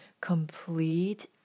complete